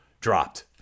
dropped